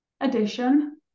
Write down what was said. addition